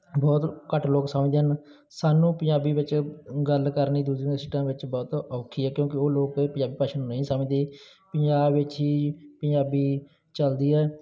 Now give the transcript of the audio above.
ਬਹੁਤ ਘੱਟ ਲੋਕ ਸਮਝਦੇ ਹਨ ਸਾਨੂੰ ਪੰਜਾਬੀ ਵਿੱਚ ਗੱਲ ਕਰਨੀ ਵਿੱਚ ਬਹੁਤ ਔਖੀ ਹੈ ਕਿਉਂਕਿ ਉਹ ਲੋਕ ਪੰਜਾਬੀ ਭਾਸ਼ਾ ਨੂੰ ਨਹੀਂ ਸਮਝਦੇ ਪੰਜਾਬ ਵਿੱਚ ਹੀ ਪੰਜਾਬੀ ਚਲਦੀ ਹੈ